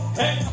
hey